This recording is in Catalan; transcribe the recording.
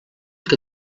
que